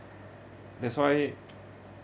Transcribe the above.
that's why